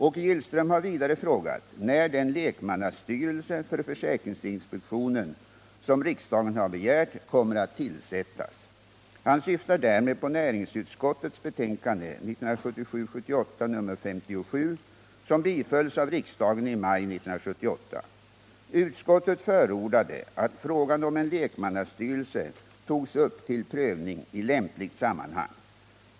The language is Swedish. Åke Gillström har vidare frågat när den lekmannastyrelse för försäkringsinspektionen som riksdagen har begärt kommer att tillsättas. Han syftar därmed på näringsutskottets betänkande 1977/78:57, som bifölls av riksdagen i maj 1978. Utskottet förordade att frågan om en lekmannastyrelse togs upp till prövning i lämpligt sammanhang.